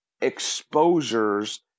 exposures